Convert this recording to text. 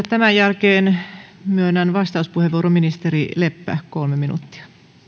tämän jälkeen myönnän vastauspuheenvuoron ministeri leppä kolme minuuttia